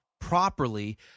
properly